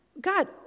God